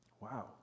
Wow